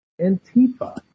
Antifa